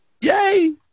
Yay